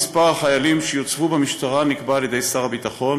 מספר החיילים שיוצבו במשטרה נקבע על-ידי שר הביטחון,